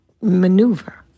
maneuver